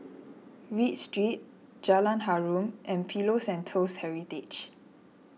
Read Street Jalan Harum and Pillows and Toast Heritage